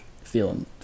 feeling